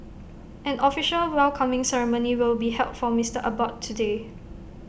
an official welcoming ceremony will be held for Mister Abbott today